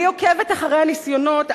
אני עוקבת אחרי הניסיונות.